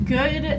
Good